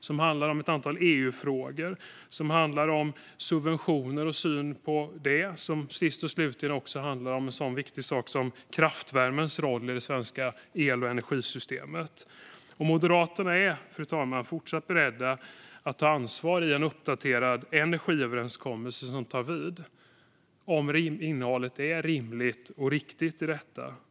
Det handlar om ett antal EU-frågor och om synen på subventioner. Sist och slutligen handlar det också om en så viktig sak som kraftvärmens roll i det svenska el och energisystemet. Fru talman! Moderaterna är fortsatt beredda att ta ansvar i en uppdaterad energiöverenskommelse om innehållet är rimligt och riktigt.